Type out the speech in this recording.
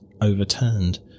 overturned